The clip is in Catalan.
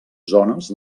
zones